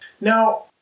Now